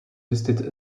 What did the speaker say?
listed